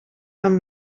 amb